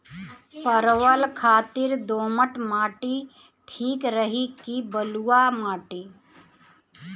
परवल खातिर दोमट माटी ठीक रही कि बलुआ माटी?